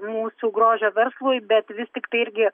mūsų grožio verslui bet vis tiktai irgi